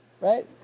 right